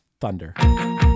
thunder